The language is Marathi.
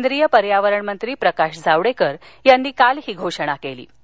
केंद्रीय पर्यावरण मंत्री प्रकाश जावडेकर यांनी काल ही घोषणा करताना